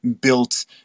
built